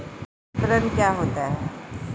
विपणन क्या होता है?